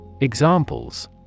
Examples